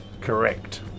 Correct